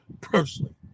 personally